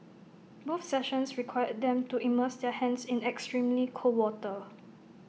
both sessions required them to immerse their hands in extremely cold water